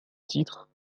titre